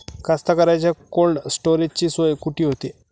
कास्तकाराइच्या कोल्ड स्टोरेजची सोय कुटी होते?